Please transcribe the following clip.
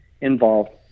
involved